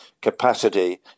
capacity